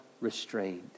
restrained